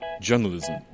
journalism